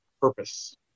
purpose